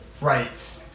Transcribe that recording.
Right